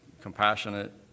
compassionate